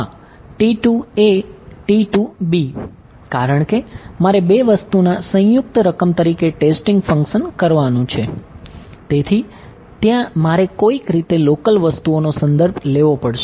હા કારણ કે મારે બે વસ્તુના સંયુક્ત લેવો પડશે